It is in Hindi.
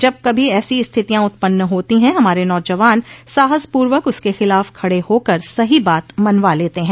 जब कभी ऐसी स्थितियां उत्पन्न होती हैं हमारे नौजवान साहसपूर्वक उसके खिलाफ खड़ होकर सही बात मनवा लेते हैं